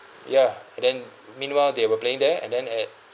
ya and then meanwhile they were playing there and then at